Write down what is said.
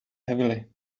heavily